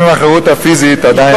גם אם החירות הפיזית עדיין,